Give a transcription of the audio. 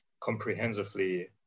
comprehensively